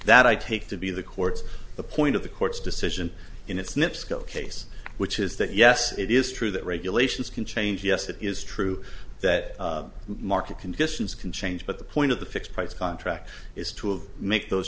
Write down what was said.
that i take to be the courts the point of the court's decision in its niche scope case which is that yes it is true that regulations can change yes it is true that market conditions can change but the point of the fixed price contract is to have make those